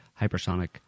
hypersonic